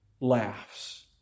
laughs